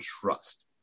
trust